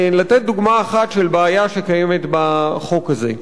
לתת דוגמה אחת של בעיה שקיימת בחוק הזה.